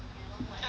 I don't like